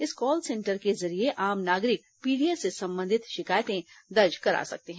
इस call centre के जरिए आम नागरिक पीडीएस से संबंधित शिकायते दर्ज करा सकते हैं